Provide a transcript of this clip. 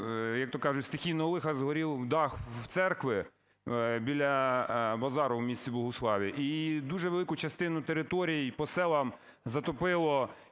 як-то кажуть, стихійного лиха згорів дах у церкви, біля базару у місті Богуславі. І дуже велику частину територій по селах затопило